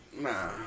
Nah